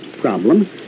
problem